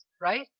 right